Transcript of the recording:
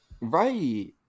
Right